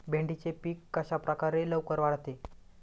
भेंडीचे पीक कशाप्रकारे लवकर वाढते?